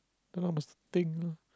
don't know must think lah